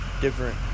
different